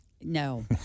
No